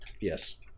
Yes